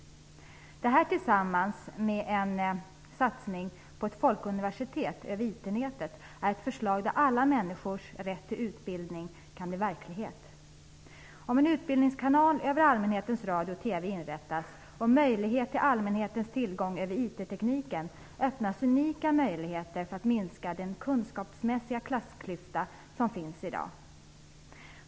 Genom detta förslag och en satsning på ett folkuniversitet över IT-nätet kan alla människors rätt till utbildning bli verklighet. Om en utbildningskanal inom allmänhetens radio och TV inrättas och möjlighet ges för allmänheten att få tillgång till IT-tekniken, öppnas unika möjligheter för att minska den kunskapsmässiga klassklyfta som finns i dag.